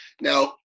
Now